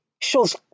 shows